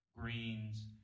greens